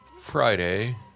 Friday